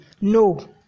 No